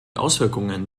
auswirkungen